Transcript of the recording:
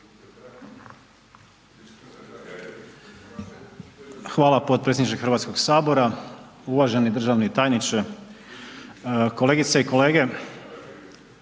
Hvala potpredsjedniče Hrvatskog sabora, uvaženi državni tajniče, kolegice i kolege.